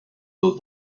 dos